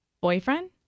Boyfriend